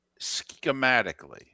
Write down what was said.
schematically –